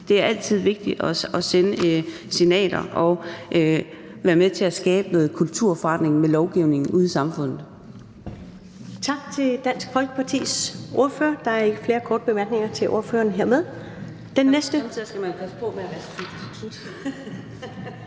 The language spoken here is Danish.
Det er altid vigtigt at sende signaler og at være med til at skabe noget kulturforandring med lovgivning ude i samfundet.